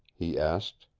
he asked.